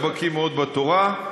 אז יכול להיות שאתה בקי מאוד בתורה.